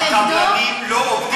הקבלנים לא עובדים,